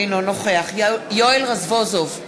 אינו נוכח יואל רזבוזוב,